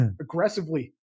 aggressively